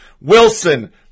Wilson